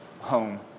home